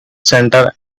center